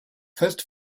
first